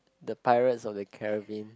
the Pirates of the Carribean